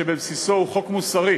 שבבסיסו הוא חוק מוסרי.